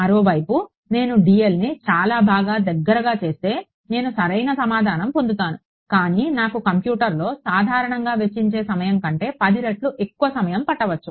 మరోవైపు నేను dlని చాలా బాగా దగ్గరగా చేస్తే నేను సరైన సమాధానం పొందుతాను కానీ నాకు కంప్యూటర్లో సాధారణంగా వెచ్చించే సమయం కంటే 10 రెట్లు ఎక్కువ సమయం పట్టవచ్చు